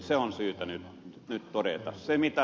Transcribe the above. se on syytä nyt todeta